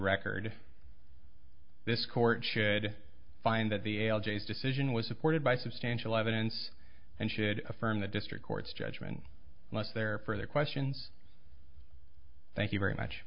record of this court should find that the algaes decision was supported by substantial evidence and should affirm the district court's judgment unless there further questions thank you very much